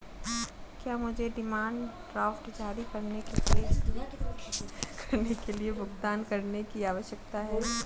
क्या मुझे demand draft जारी करने के लिए भुगतान करने की आवश्यकता है?